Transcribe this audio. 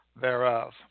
thereof